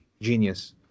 Genius